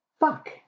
Fuck